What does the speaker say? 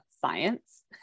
science